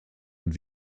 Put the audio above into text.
und